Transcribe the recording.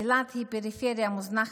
אילת היא פריפריה מוזנחת,